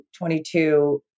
22